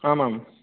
आम् आम्